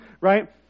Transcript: right